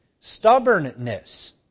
Stubbornness